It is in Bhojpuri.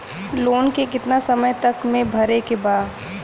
लोन के कितना समय तक मे भरे के बा?